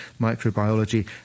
Microbiology